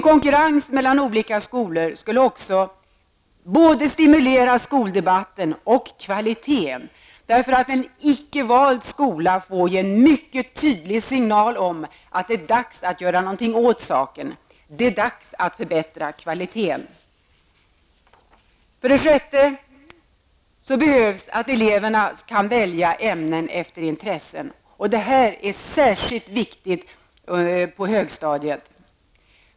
Konkurrens mellan olika skolor skulle också både stimulera skoldebatten och kvaliteten. En ''icke vald'' skola får ju en mycket tydlig signal om att det är dags att göra något åt saken. Det är dags att förbättra kvaliteten. För det sjätte bör eleverna kunna välja ämnen efter intresse. Det är särskilt viktigt på högstadiet.